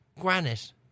Granite